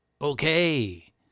Okay